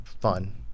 fun